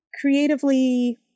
creatively